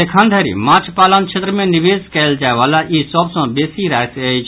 एखन धरि माछ पालन क्षेत्र मे निवेश कयल जायवाला ई सभ सँ बेसी राशि अछि